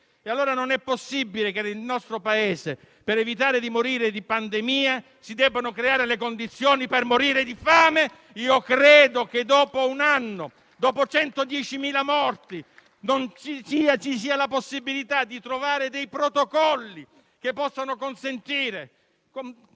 decidere. Non è possibile che nel nostro Paese, per evitare di morire di pandemia si debbano creare le condizioni per morire di fame. Credo che dopo un anno, dopo 110.000 morti, ci sia la possibilità di trovare dei protocolli che possano consentire,